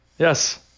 Yes